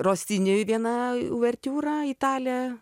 rosiniui viena uvertiūra italė